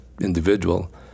individual